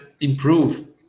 improve